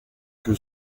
que